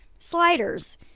Sliders